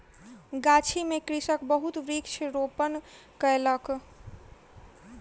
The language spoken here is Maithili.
गाछी में कृषक बहुत वृक्ष रोपण कयलक